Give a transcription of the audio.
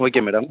okay madam